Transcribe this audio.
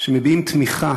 שמביעים תמיכה